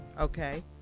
okay